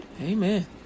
amen